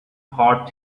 hot